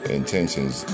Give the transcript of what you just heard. intentions